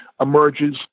emerges